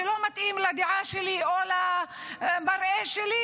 שלא מתאים לדעה שלי או למראה שלי,